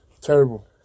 terrible